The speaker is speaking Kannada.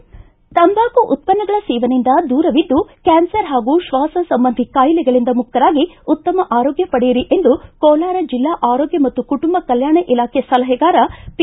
ತಂಬಾಕು ಉತ್ಪನ್ನಗಳ ಸೇವನೆಯಿಂದ ದೂರವಿದ್ದು ಕ್ಯಾನ್ಸರ್ ಹಾಗೂ ಶ್ವಾಸ ಸಂಬಂಧಿ ಕಾಯಿಲೆಗಳಿಂದ ಮುಕ್ತರಾಗಿ ಉತ್ತಮ ಆರೋಗ್ಯ ಪಡೆಯಿರಿ ಎಂದು ಕೋಲಾರ ಜಿಲ್ಲಾ ಆರೋಗ್ಯ ಮತ್ತು ಕುಟುಂಬ ಕಲ್ಲಾಣ ಇಲಾಖೆ ಸಲಹೆಗಾರ ಪಿ